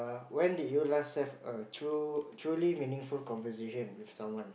when did you last have a true truly meaningful conversation with someone